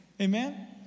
Amen